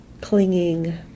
clinging